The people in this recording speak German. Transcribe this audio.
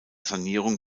sanierung